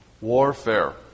warfare